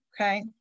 okay